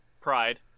pride